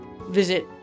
visit